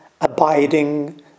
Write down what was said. abiding